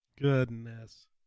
goodness